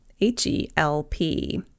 H-E-L-P